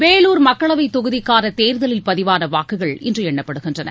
வேலூர் மக்களவை தொகுதிக்காள தேர்தலில் பதிவாள வாக்குகள் இன்று எண்ணப்படுகின்றன